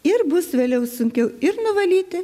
ir bus vėliau sunkiau ir nuvalyti